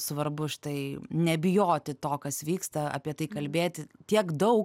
svarbu štai nebijoti to kas vyksta apie tai kalbėti tiek daug